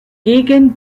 gegen